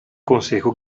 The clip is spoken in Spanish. consejo